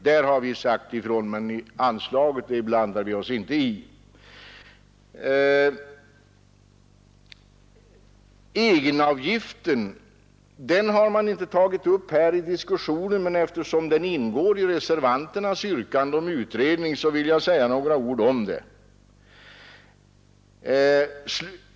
Därvidlag har vi sagt ifrån, men anslaget i och för sig blandar vi oss inte i. Egenavgiften har man inte berört i den här diskussionen, men eftersom den omfattas av reservanternas yrkande om utredning vill jag säga några ord om den.